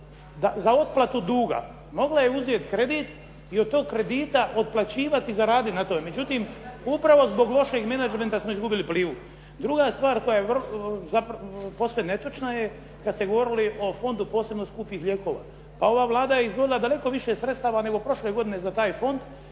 Za otplatu duga, mogla je uzeti kredit i od toga kredita otplaćivati i zaraditi na tome. Međutim, upravo zbog lošeg menedžmenta smo izgubili Plivu. Druga stvar koja je posve netočna, kada ste govorili o Fondu posebno skupih lijekova. Pa ova Vlada je izdvojila daleko više sredstava nego prošle godine za taj fond,